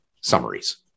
summaries